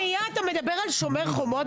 אתה מדבר על "שומר חומות"?